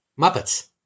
Muppets